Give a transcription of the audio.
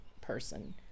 person